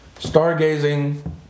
Stargazing